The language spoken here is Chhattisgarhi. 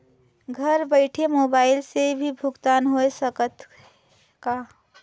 घर बइठे मोबाईल से भी भुगतान होय सकथे का?